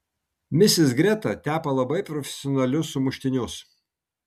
misis greta tepa labai profesionalius sumuštinius